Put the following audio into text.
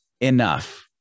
enough